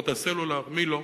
חברות הסלולר, מי לא.